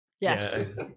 Yes